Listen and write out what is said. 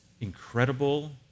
incredible